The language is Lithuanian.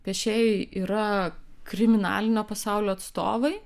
piešėjai yra kriminalinio pasaulio atstovai